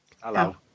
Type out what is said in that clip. Hello